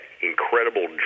incredible